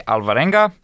Alvarenga